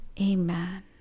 Amen